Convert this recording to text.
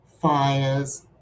fires